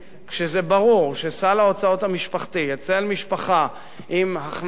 כשזה ברור שסל ההוצאות המשפחתי אצל משפחה עם הכנסות